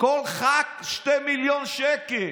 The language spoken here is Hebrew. כל ח"כ, 2 מיליון שקל.